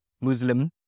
Muslim